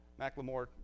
McLemore